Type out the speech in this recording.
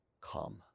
come